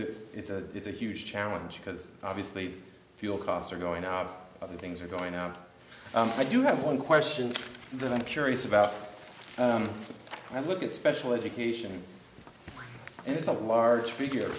that it's a it's a huge challenge because obviously fuel costs are going out other things are going up i do have one question that i'm curious about and look at special education it's a large figure